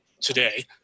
today